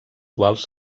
quals